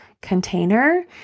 container